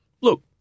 Look